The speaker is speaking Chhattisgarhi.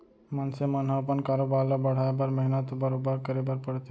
मनसे मन ह अपन कारोबार ल बढ़ाए बर मेहनत तो बरोबर करे बर परथे